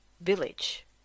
village